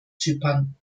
zypern